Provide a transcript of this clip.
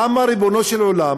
למה, ריבונו של עולם,